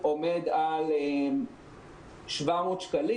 עומד על 700 שקלים.